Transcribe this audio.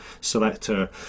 Selector